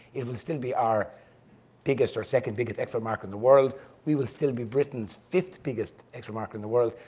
it will still be our biggest, or second-biggest export market in the world, and we will still be britain's fifth-biggest export market in the world.